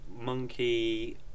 Monkey